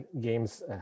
games